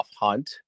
hunt